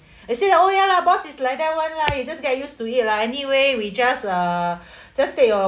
they said oh ya lah boss is like that [one] lah you just get used to it lah anyway we just uh just take your